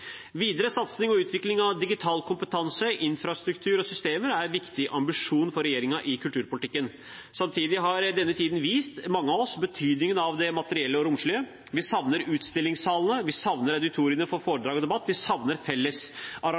Videre satsing på og utvikling av digital kompetanse, infrastruktur og systemer er en viktig ambisjon for regjeringen i kulturpolitikken. Samtidig har denne tiden vist mange av oss betydningen av det materielle og romlige. Vi savner utstillingssalene, vi savner auditoriene for foredrag og debatt, vi savner